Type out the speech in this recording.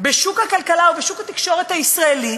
בשוק הכלכלה ובשוק התקשורת הישראלי